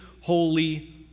holy